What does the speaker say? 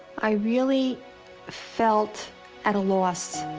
i really felt at a loss.